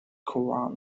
koran